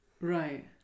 Right